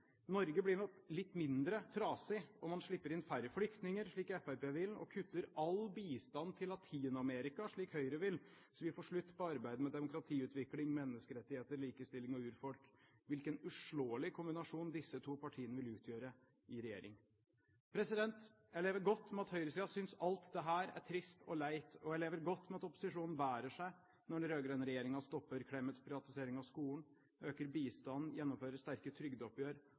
Norge blir nok litt mindre trasig om man slipper inn færre flyktninger, slik Fremskrittspartiet vil, og kutter all bistand til Latin-Amerika, slik Høyre vil, så vi får slutt på arbeidet med demokratiutvikling, menneskerettigheter, likestilling og urfolk. Hvilken uslåelig kombinasjon disse to partiene vil utgjøre i regjering! Jeg lever godt med at høyresiden synes at alt dette er trist og leit, og jeg lever godt med at opposisjonen bærer seg når den rød-grønne regjeringen stopper Clemets privatisering av skolen, øker bistanden, gjennomfører sterkere trygdeoppgjør,